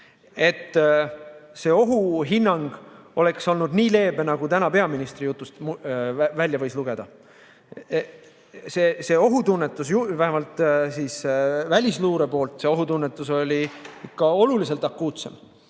et see ohuhinnang oleks olnud nii leebe, nagu täna peaministri jutust välja võis lugeda. See ohutunnetus vähemalt välisluure poolt oli oluliselt akuutsem